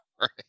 Right